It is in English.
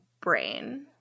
brain